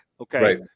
Okay